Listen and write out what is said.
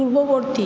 পূর্ববর্তী